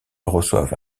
reçoivent